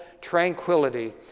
tranquility